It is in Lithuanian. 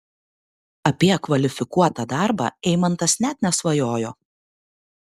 apie kvalifikuotą darbą eimantas net nesvajojo